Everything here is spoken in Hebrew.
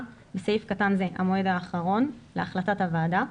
(בסעיף קטן זה המועד האחרון להחלטת הועדה),